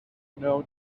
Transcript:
known